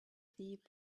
thief